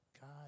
God